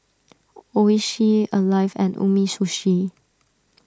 Oishi Alive and Umisushi